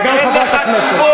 וגם חברת הכנסת,